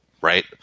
right